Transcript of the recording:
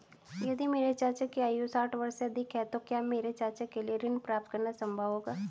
यदि मेरे चाचा की आयु साठ वर्ष से अधिक है तो क्या मेरे चाचा के लिए ऋण प्राप्त करना संभव होगा?